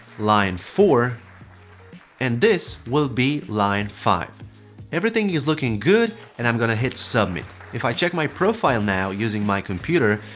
line four and this will be line five everything is looking good and i'm gonna hit submit. if i check my profile now using my computer,